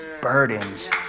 burdens